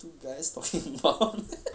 two guys talking about